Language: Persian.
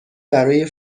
برای